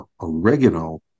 oregano